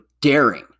daring